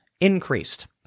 increased